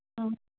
ம்